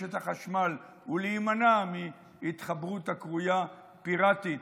לרשת החשמל ולהימנע מהתחברות הקרויה "פיראטית",